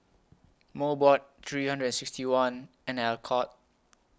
Mobot three hundred and sixty one and Alcott